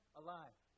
alive